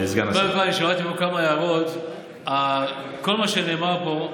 קודם כול, שמעתי פה כמה הערות, כל מה שנאמר פה.